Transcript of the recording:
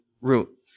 root